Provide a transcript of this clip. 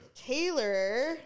Taylor